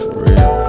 real